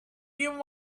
you